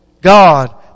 God